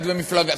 את במפלגה,